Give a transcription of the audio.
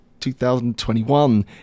2021